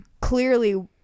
clearly